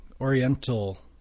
oriental